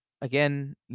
again